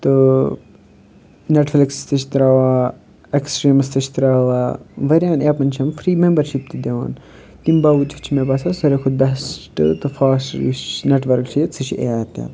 تہٕ Netflix تہِ چھِ ترٛاوان ایٚکسٹریٖمَس تہِ چھِ ترٛاوان واریاہَن ایپن چھِ یِم فرٛی مٮ۪مبَرشِپ تہِ دِوان تَمہِ باؤجوٗد چھِ مےٚ باسان سارِوٕے کھۄتہٕ بیسٹہٕ تہٕ فاسٹ یُس نیٚٹ ؤرٕک چھُ ییٚتہِ سُہ چھُ اِیرٹیٚل